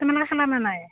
তোমালোকে খালানে নাই